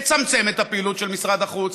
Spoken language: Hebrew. לצמצם את הפעילות של משרד החוץ.